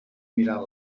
mirant